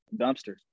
Dumpster